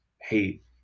hate